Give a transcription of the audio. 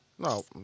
No